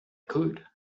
could